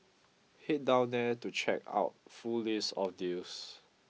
head down here to check out full list of deals